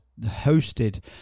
hosted